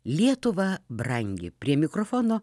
lietuva brangi prie mikrofono